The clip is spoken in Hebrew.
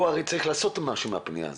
הוא הרי צריך לעשות משהו עם הפנייה הזאת.